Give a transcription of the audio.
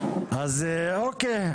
אז אוקיי,